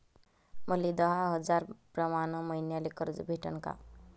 मले दहा हजार प्रमाण मईन्याले कर्ज भेटन का?